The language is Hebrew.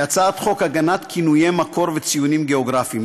הצעת חוק הגנת כינויי מקור וציונים גיאוגרפיים,